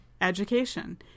education